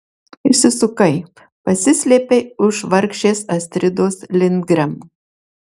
išsisukai pasislėpei už vargšės astridos lindgren